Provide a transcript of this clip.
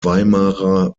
weimarer